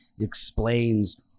explains